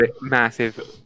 massive